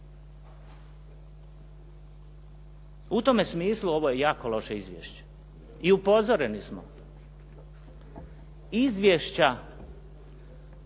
U tome smislu ovo je jako loše izvješće. I upozoreni smo, izvješća